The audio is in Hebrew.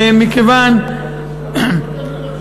ומכיוון לא דנים עכשיו בתקופה.